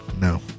No